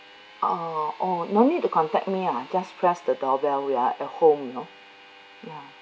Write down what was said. uh oh no need to the contact me ah just press the doorbell we are at home you know ya